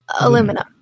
Aluminum